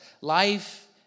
life